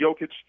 Jokic